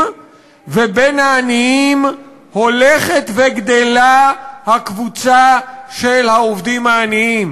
ובין העניים הולכת וגדלה הקבוצה של העובדים העניים,